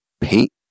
paint